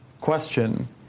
question